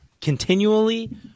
continually